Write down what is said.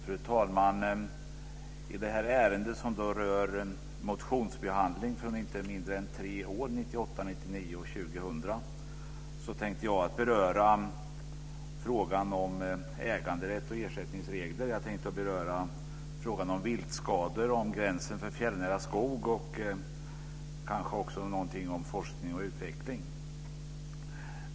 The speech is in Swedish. Fru talman! I det här ärendet, som rör motionsbehandling från inte mindre än tre år, 1998, 1999 och 2000, tänkte jag beröra frågan om äganderätt och ersättningsregler. Jag tänkte beröra viltskador och gränsen för fjällnära skog och kanske också säga någonting om forskning och utveckling.